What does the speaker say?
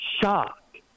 shocked